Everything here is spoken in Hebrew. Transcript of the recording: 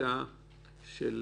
בשיטה של